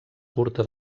curta